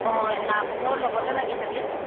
অঁ নামঘৰৰ লগতে লাগি থাকে